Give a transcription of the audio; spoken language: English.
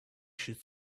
should